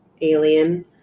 alien